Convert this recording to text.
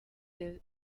del